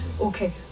okay